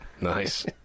Nice